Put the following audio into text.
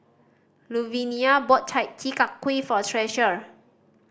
Luvinia brought Chi Kak Kuih for Treasure